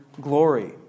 glory